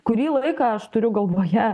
kurį laiką aš turiu galvoje